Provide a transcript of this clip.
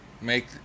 make